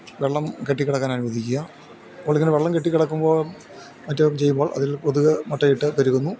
വെള്ളം കെട്ടി കിടക്കാൻ അനുവദിക്കുക അപ്പോൾ ഇങ്ങനെ വെള്ളം കെട്ടിക്കിടക്കുമ്പോൾ മറ്റും ചെയ്യുമ്പോൾ അതിൽ കൊതുക് മുട്ടയിട്ട് പെരുകുന്നു